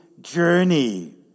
journey